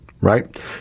right